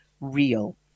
real